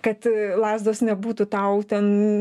kad lazdos nebūtų tau ten